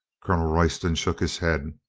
colonel royston shook his head.